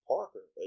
Parker